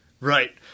Right